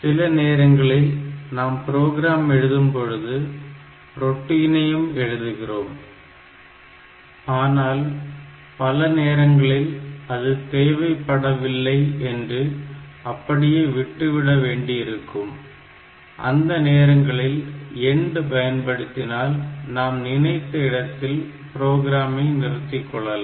சில நேரங்களில் நாம் ப்ரோகிராம் எழுதும் பொழுது ரொட்டினையும் எழுதுகிறோம் ஆனால் பல நேரங்களில் அது தேவைப்படவில்லை என்று அப்படியே விட்டு விட வேண்டியிருக்கும் அந்த நேரங்களில் END பயன்படுத்தினால் நாம் நினைத்த இடத்தில் புரோகிராமை நிறுத்திக்கொள்ளலாம்